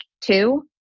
two